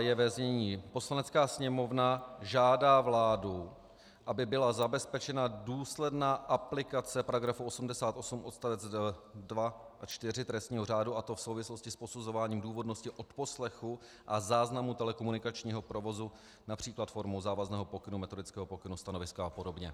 Je ve znění: Poslanecká sněmovna žádá vládu, aby byla zabezpečena důsledná aplikace § 88 odst. 2 a 4 trestního řádu, a to v souvislosti s posuzováním důvodnosti odposlechu a záznamu telekomunikačního provozu například formou závazného pokynu, metodického pokynu, stanoviska a podobně.